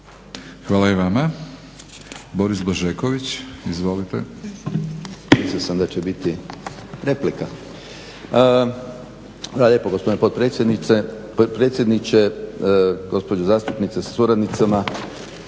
Hvala i vama. Boris Blažeković izvolite.